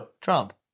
Trump